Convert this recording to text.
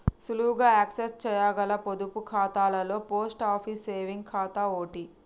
సులువుగా యాక్సెస్ చేయగల పొదుపు ఖాతాలలో పోస్ట్ ఆఫీస్ సేవింగ్స్ ఖాతా ఓటి